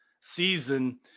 season